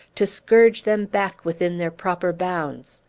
to scourge them back within their proper bounds!